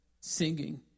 singing